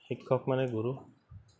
শিক্ষক মানে গুৰু